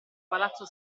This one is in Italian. palazzo